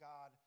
God